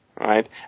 right